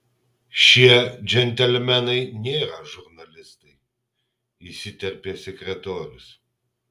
šie džentelmenai nėra žurnalistai įsiterpė sekretorius